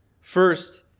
First